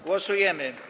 Głosujemy.